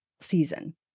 season